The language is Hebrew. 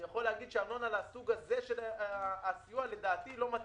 אני יכול להגיד שסיוע בארנונה לסוג הזה לדעתי לא מתאים.